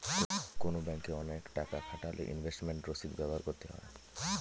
কোনো ব্যাঙ্কে অনেক টাকা খাটালে ইনভেস্টমেন্ট রসিদ ব্যবহার করতে হয়